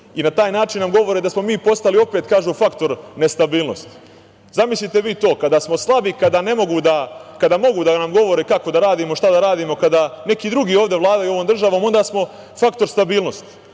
i na taj način nam govore da smo mi postali, opet kažu, faktor nestabilnosti. Zamislite vi to, kada smo slabi kada mogu da nam govore kako da radimo, šta da radimo, kada neki drugi ovde vladaju ovom državom, onda smo faktor stabilnosti,